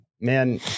man